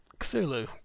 Cthulhu